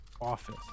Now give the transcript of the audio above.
office